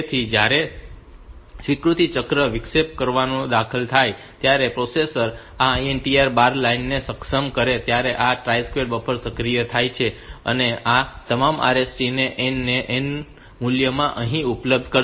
તેથી જ્યારે સ્વીકૃતિ ચક્રમાં વિક્ષેપ સ્વીકારો દાખલ થાય અને પ્રોસેસર આ INTA બાર લાઇનને સક્ષમ કરે ત્યારે આ ટ્રાઈ સ્ટેટ બફર સક્રિય થાય છે અને આ તમામ RST n તે n મૂલ્યમાં અહીં ઉપલબ્ધ થશે